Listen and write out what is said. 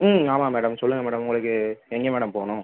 ம் ஆமாம் மேடம் சொல்லுங்கள் மேடம் உங்களுக்கு எங்கே மேடம் போகணும்